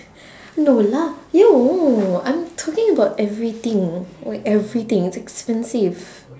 no lah no I'm talking about everything like everything it's expensive